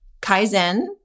Kaizen